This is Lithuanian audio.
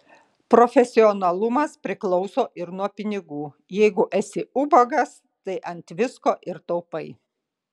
profesionalumas priklauso ir nuo pinigų jeigu esi ubagas tai ant visko ir taupai